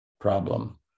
problem